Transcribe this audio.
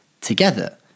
together